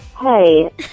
Hey